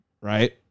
right